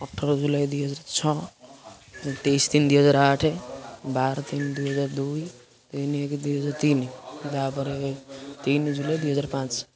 ଅଠର ଜୁଲାଇ ଦୁଇହଜାର ଛଅ ତେଇଶ ତିନ ଦୁଇହଜାର ଆଠ ବାର ତିନ ଦୁଇହଜାର ଦୁଇ ତିନି ଏକ ଦୁଇହଜାର ତିନି ତାପରେ ତିନି ଜୁଲାଇ ଦୁଇହଜାର ପାଞ୍ଚ